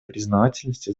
признательности